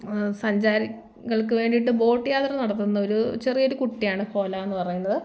സഞ്ചാരികൾക്ക് വേണ്ടിയിട്ട് ബോട്ട് യാത്ര നടത്തുന്ന ഒരു ചെറിയ ഒരു കുട്ടിയാണ് കോല എന്ന് പറയുന്നത്